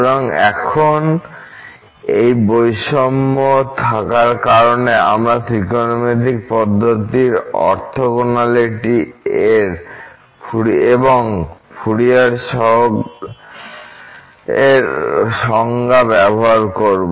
সুতরাং এখন এই বৈষম্য থাকার কারণে আমরা ত্রিকোণমিতিক পদ্ধতির অর্থগোনালিটি এবং ফুরিয়ার সহগের সংজ্ঞা ব্যবহার করব